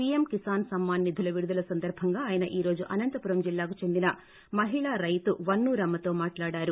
PM Kisan Samman నిధుల విడుదల సందర్భంగా ఆయన ఈరోజు అనంతపురం జిల్లాకు చెందిన మహిళా రైతు వన్సూ రమ్మతో మాట్లాడారు